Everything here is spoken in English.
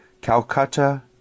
Calcutta